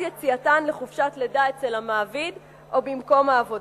ליציאתן לחופשת לידה אצל המעביד או במקום העבודה.